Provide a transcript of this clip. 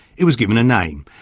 it was given a name,